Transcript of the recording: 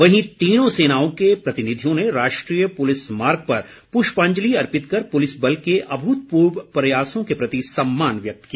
वहीं तीनों सेनाओं के प्रतिनिधियों ने राष्ट्रीय पुलिस स्मारक पर पृष्पांजलि अर्पित कर पुलिस बल के अभूतपूर्व प्रयासों के प्रति सम्मान व्यक्त किया